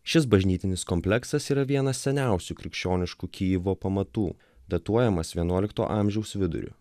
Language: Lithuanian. šis bažnytinis kompleksas yra vienas seniausių krikščioniškų kijivo pamatų datuojamas vienuolikto amžiaus viduriu